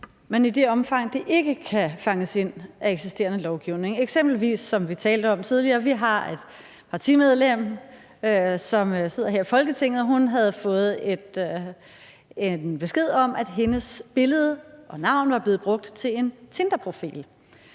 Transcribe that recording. så i det omfang, det ikke kan fanges ind af eksisterende lovgivning? Eksempelvis har vi, som vi talte om tidligere, et partimedlem, som sidder her i Folketinget, og som har fået en besked om, at hendes billede og navn var blevet brugt til en tinderprofil.